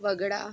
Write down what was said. वगळा